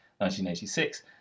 1986